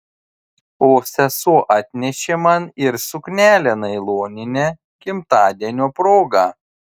o sesuo atnešė man ir suknelę nailoninę gimtadienio proga